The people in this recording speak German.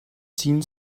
ziehen